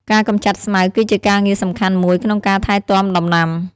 ការកម្ចាត់ស្មៅគឺជាការងារសំខាន់មួយក្នុងការថែទាំដំណាំ។